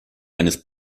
eines